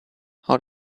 how